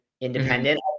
independent